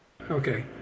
Okay